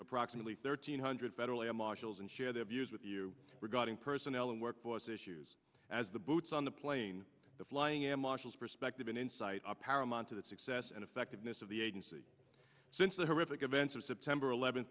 approximately thirteen hundred federal air marshals and share their views with you regarding personnel and workforce issues as the boots on the plane the flying air marshals perspective and insight apparel on to the success and effectiveness of the agency since the horrific events of september eleventh